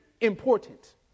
important